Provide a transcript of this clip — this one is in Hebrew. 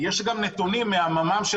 יש גם נתונים ממרכז המחקר והמידע של